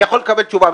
אני יכול לקבל תשובה?